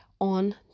on